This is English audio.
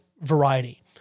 variety